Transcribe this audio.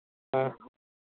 ਹਾਂ